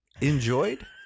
enjoyed